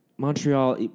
Montreal